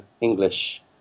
English